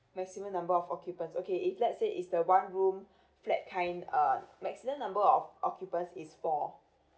maximum number of occupants okay if let's say it's the one room flat kind uh maximum number of occupants is four